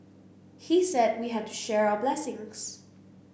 he said we had to share our blessings